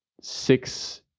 six